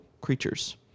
creatures